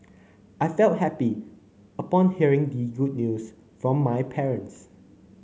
I felt happy upon hearing the good news from my parents